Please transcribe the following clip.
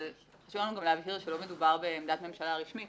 אבל חשוב לנו להבהיר שלא מדובר בעמדת ממשלה רשמית,